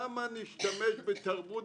למה נשתמש בתרבות?